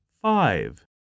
five